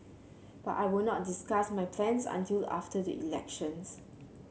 but I will not discuss my plans until after the elections